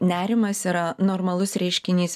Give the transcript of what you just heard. nerimas yra normalus reiškinys